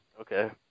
Okay